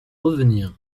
revenir